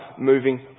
moving